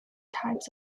types